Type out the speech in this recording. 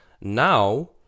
now